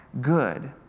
good